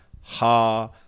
ha